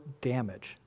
damage